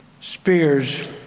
spears